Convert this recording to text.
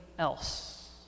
Else